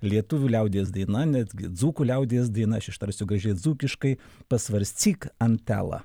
lietuvių liaudies daina netgi dzūkų liaudies daina aš ištarsiu gražiai dzūkiškai pasvarscyk antelia